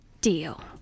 deal